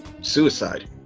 suicide